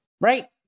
Right